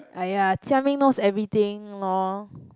aiya Jia-Ming knows everything lor